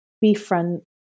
befriend